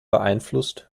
beeinflusst